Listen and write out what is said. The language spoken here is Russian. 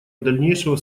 дальнейшего